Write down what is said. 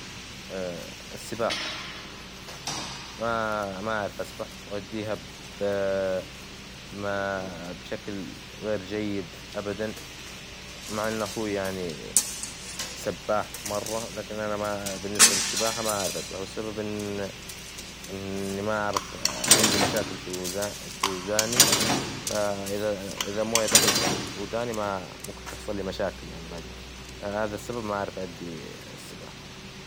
السباحة ما ما أعرف أسبح وأؤديها ما بشكل غير جيد أبدًا مع إن أخوي يعني سباح مرة، لكن أنا ما بالنسبة للسباحة ما أعرف أسبح والسبب إن إني ما أعرف عندي مشاكل في وداني، إذا موية دخلت في وداني ما ممكن تحصل لي مشاكل يعني بعدين هذا السبب ما تعرف أؤدي السباحة.